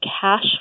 cash